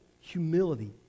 humility